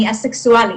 אני א-סקסואלית,